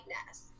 lightness